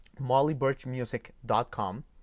mollybirchmusic.com